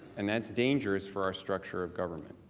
and that's dangerous for our structure of government.